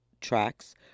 tracks